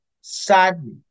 sadly